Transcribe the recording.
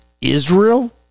Israel